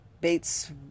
Bates